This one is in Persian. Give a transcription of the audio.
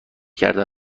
کرده